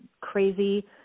crazy